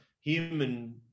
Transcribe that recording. human